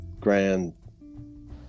grand